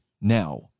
now